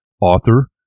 author